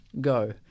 Go